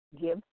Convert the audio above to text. give